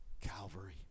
Calvary